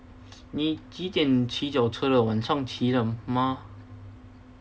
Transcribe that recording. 你几点骑脚车的晚上骑的吗